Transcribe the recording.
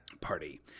Party